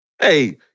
Hey